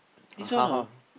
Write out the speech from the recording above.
this one oh